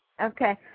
Okay